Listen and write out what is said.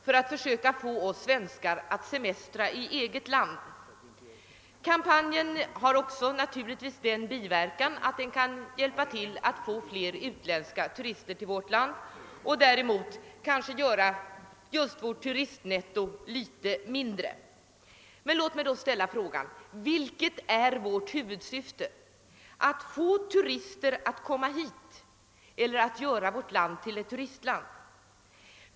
för att försöka få svenskarna att semestra i eget land. Kampanjen har naturligtvis den biverkan att den kan medverka till att locka fler utländska turister till vårt land och därmed göra vårt turistnetto mindre negativt. Men jag ställer frågan: Vilket är vårt huvudsyfte? Att få turister att komma hit eller att göra vårt land till ett turistland?